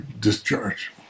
discharge